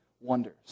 wonders